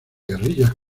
guerrillas